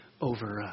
over